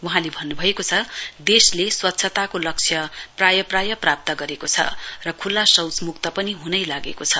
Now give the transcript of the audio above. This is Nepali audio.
वहाँले भन्नुभएको छ देशको स्वच्छताको लक्ष्य प्राय प्राय प्राप्त गरेको छ र खुल्ला शौचमुक्त पनि हुनै लागेको छ